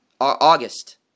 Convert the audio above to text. August